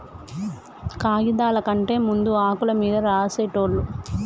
కాగిదాల కంటే ముందు ఆకుల మీద రాసేటోళ్ళు